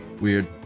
weird